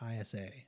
ISA